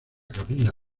capilla